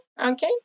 Okay